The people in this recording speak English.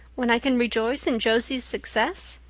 when i can rejoice in josie's success?